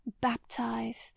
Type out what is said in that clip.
baptized